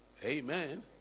Amen